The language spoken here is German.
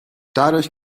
dadurch